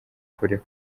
kure